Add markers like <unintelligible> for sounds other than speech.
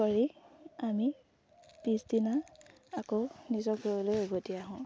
কৰি আমি পিছদিনা আকৌ নিজৰ <unintelligible> উভতি আহোঁ